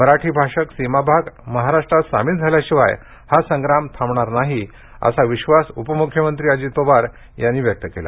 मराठी भाषक सीमाभाग महाराष्ट्रात सामील झाल्याशिवाय हा संग्राम थांबणार नाही असा विश्वास उपमृख्यमंत्री अजित पवार यांनी व्यक्त केला